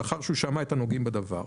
לאחר שהוא שמע את הנוגעים בדבר,